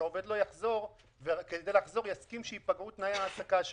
שהעובד כדי לחזור יסכים שייפגעו תנאי העסקה שלו,